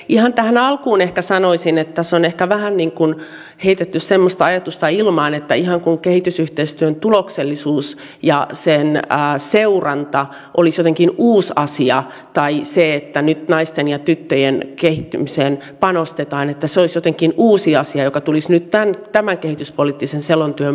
ihan tähän alkuun ehkä sanoisin että tässä on ehkä vähän niin kuin heitetty semmoista ajatusta ilmaan että ihan kuin kehitysyhteistyön tuloksellisuus ja sen seuranta olisivat jotenkin uusi asia tai se että nyt naisten ja tyttöjen kehittymiseen panostetaan olisi jotenkin uusi asia joka tulisi nyt tämän kehityspoliittisen selonteon myötä